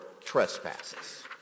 trespasses